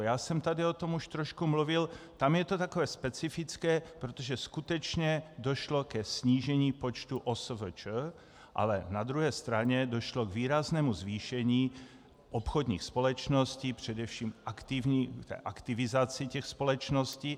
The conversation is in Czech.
Já jsem tady o tom už trošku mluvil, tam je to takové specifické, protože skutečně došlo ke snížení počtu OSVČ, ale na druhé straně došlo k výraznému zvýšení obchodních společností, především aktivizaci těch společností.